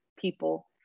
people